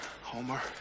Homer